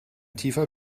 tiefer